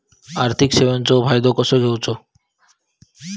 आर्थिक सेवाचो फायदो कसो घेवचो?